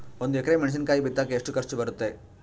ಒಂದು ಎಕರೆ ಮೆಣಸಿನಕಾಯಿ ಬಿತ್ತಾಕ ಎಷ್ಟು ಖರ್ಚು ಬರುತ್ತೆ?